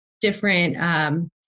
different